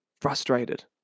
frustrated